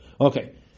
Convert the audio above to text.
Okay